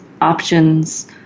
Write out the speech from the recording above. options